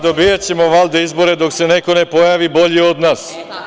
Dobijaćemo valjda izbore dok se neko ne pojavi bolji od nas.